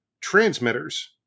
transmitters